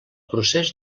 procés